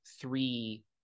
three